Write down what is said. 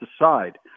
decide